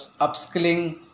upskilling